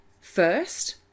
first